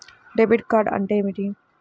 Debit card అంటే ఏమిటి?